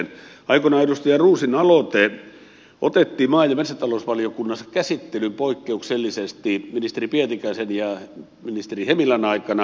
aikoinaan edustaja roosin aloite otettiin maa ja metsätalousvaliokunnassa käsittelyyn poikkeuksellisesti ministeri pietikäisen ja ministeri hemilän aikana